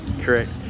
Correct